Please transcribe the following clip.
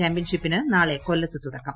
ചാമ്പ്യൻഷിപ്പിന് ഇന്ന് കൊല്ലത്ത് തുടക്കം